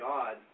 God